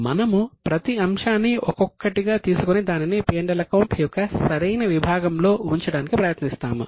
మనము ప్రతి అంశాన్ని ఒక్కొక్కటిగా తీసుకుని దానిని P L అకౌంట్ యొక్క సరైన విభాగంలో ఉంచడానికి ప్రయత్నిస్తాము